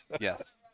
yes